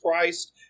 Christ